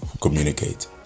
communicate